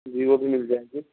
جی وہ بھی مل جائے گی